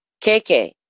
KK